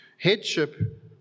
Headship